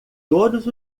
todos